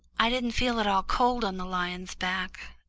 i didn't feel at all cold on the lion's back,